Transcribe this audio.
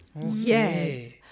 Yes